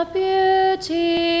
beauty